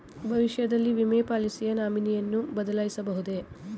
ಭವಿಷ್ಯದಲ್ಲಿ ವಿಮೆ ಪಾಲಿಸಿಯ ನಾಮಿನಿಯನ್ನು ಬದಲಾಯಿಸಬಹುದೇ?